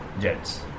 jets